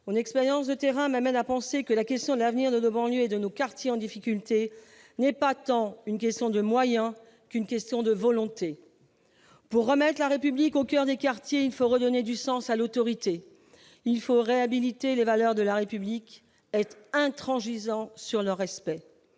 on expérience de terrain m'amène à penser que la question de l'avenir de lui et de nos quartiers en difficulté n'est pas tant une question de moyens qu'une question de volonté pour remettent la République au coeur des quartiers, il faut redonner du sens à l'autorité, il faut réhabiliter les valeurs de la République être intransigeant sur le respect